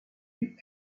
duc